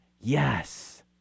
yes